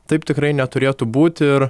taip tikrai neturėtų būti ir